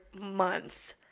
months